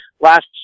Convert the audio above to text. last